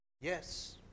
Yes